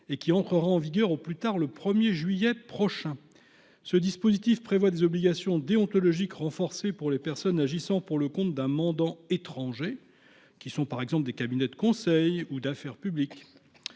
qui entrera en vigueur au plus tard le 1 juillet prochain. Ce dispositif prévoit des obligations déontologiques renforcées pour les personnes agissant pour le compte d’un mandant étranger, par exemple des cabinets de conseil ou d’affaires publiques,